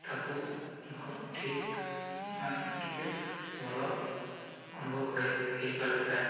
ତାକୁ ଠିକ୍ ମାନେ ଟିକେ ଭଲ ଅନୁଭବ ହେଇପାରିଥାଏ